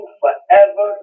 forever